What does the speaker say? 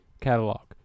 catalog